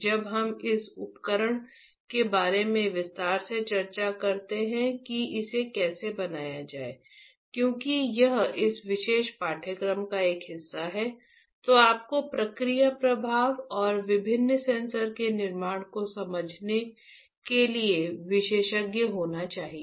जब हम इस उपकरण के बारे में विस्तार से चर्चा करते हैं कि इसे कैसे बनाया जाए क्योंकि यह इस विशेष पाठ्यक्रम का एक हिस्सा है तो आपको प्रक्रिया प्रवाह और विभिन्न सेंसरों के निर्माण को समझने में विशेषज्ञ होना चाहिए